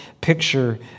picture